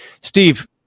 steve